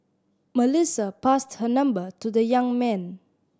Melissa passed her number to the young man